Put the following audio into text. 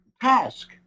task